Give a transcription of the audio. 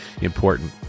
important